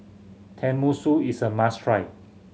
tenmusu is a must try